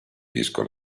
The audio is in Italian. disco